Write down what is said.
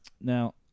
Now